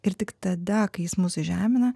ir tik tada kai jis mus įžemina